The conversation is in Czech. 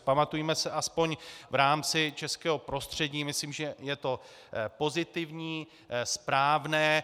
Pamatujme si aspoň, v rámci českého prostředí, myslím, je to pozitivní, správné.